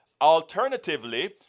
Alternatively